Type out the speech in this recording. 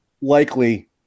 likely